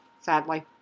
sadly